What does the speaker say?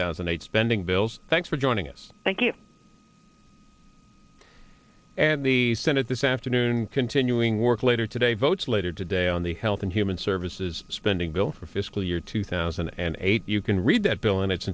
thousand and eight spending bills thanks for joining us thank you and the senate this afternoon continuing work later today votes later today on the health and human services spending bill for fiscal year two thousand and eight you can read that bill in its